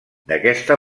d’aquesta